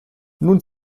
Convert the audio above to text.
nun